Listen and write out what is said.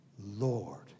Lord